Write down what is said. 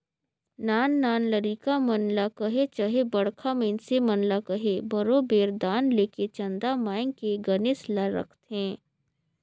नान नान लरिका मन ल कहे चहे बड़खा मइनसे मन ल कहे बरोबेर दान लेके चंदा मांएग के गनेस ल रखथें